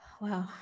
wow